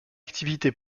activité